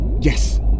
Yes